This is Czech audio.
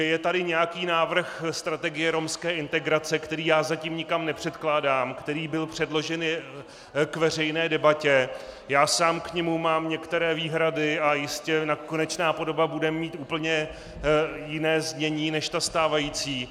Je tady nějaký návrh strategie romské integrace, který já zatím nikam nepředkládám, který byl předložen k veřejné debatě, já sám mám k němu některé výhrady a jistě konečná podoba bude mít úplně jiné znění než ta stávající.